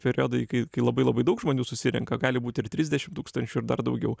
periodai kai kai labai labai daug žmonių susirenka gali būt ir trisdešim tūkstančių ir dar daugiau